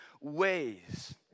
ways